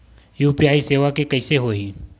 UPI सेवा के कइसे होही?